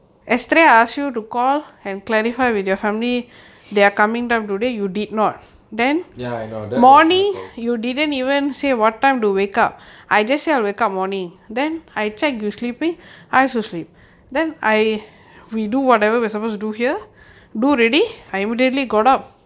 ya I know that of my fault